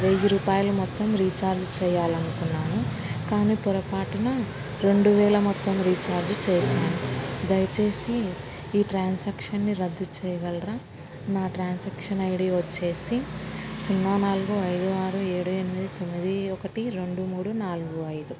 వెయ్యి రూపాయలు మొత్తం రీఛార్జ్ చెయ్యాలనుకున్నాను కానీ పొరపాటున రెండు వేల మొత్తం రీఛార్జ్ చేశాను దయచేసి ఈ ట్రాన్సాక్షన్ని రద్దు చేయగలరా నా ట్రాన్సాక్షన్ ఐడ వచ్చేసి సున్నా నాలుగు ఐదు ఆరు ఏడు ఎనిమిది తొమ్మిది ఒకటి రెండు మూడు నాలుగు ఐదు